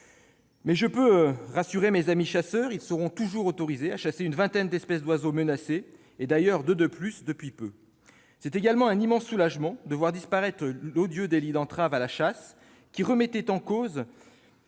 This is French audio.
Je peux rassurer mes amis chasseurs : ils seront toujours autorisés à chasser une vingtaine d'espèces d'oiseaux menacés et pourront même chasser deux nouvelles espèces. C'est également un immense soulagement de voir disparaître l'odieux délit d'entrave à la chasse, qui remettait en cause